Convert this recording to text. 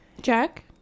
Jack